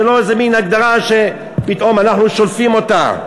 זה לא איזה מין הגדרה שפתאום אנחנו שולפים אותה.